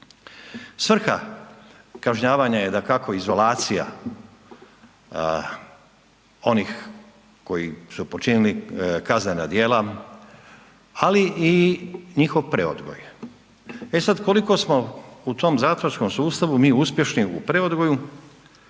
Svrha kažnjavanja je dakako izolacija onih koji su počinili kaznena djela, ali i njihov preodgoj. E sad koliko smo u tom zatvorskom sustavu mi uspješni u preodgoju